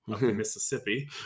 Mississippi